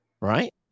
Right